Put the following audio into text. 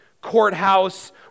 courthouse